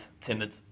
timid